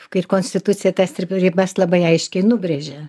kaip konstitucija tas ribas labai aiškiai nubrėžia